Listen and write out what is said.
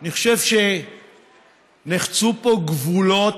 אני חושב שנחצו פה גבולות